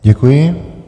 Děkuji.